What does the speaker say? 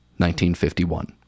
1951